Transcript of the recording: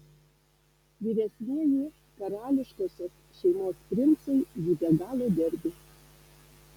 vyresnieji karališkosios šeimos princai jį be galo gerbė